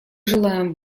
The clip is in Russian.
желаем